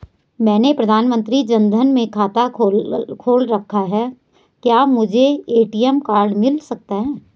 मैंने प्रधानमंत्री जन धन में खाता खोल रखा है क्या मुझे ए.टी.एम कार्ड मिल सकता है?